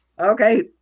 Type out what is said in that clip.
Okay